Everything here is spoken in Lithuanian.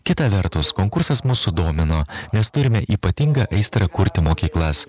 kita vertus konkursas mus sudomino nes turime ypatingą aistrą kurti mokyklas